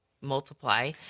multiply